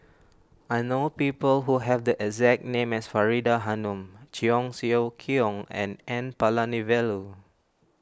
I know people who have the exact name as Faridah Hanum Cheong Siew Keong and N Palanivelu